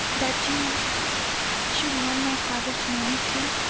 that you should want my father's money too?